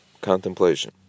contemplation